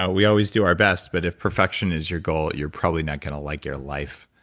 ah we always do our best, but if perfection is your goal, you're probably not going to like your life